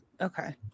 Okay